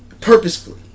Purposefully